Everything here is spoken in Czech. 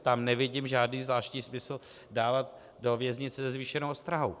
Tam nevidím žádný zvláštní smysl dávat je do věznice se zvýšenou ostrahou.